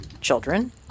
children